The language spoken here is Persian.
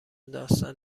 داستان